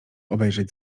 obejrzeć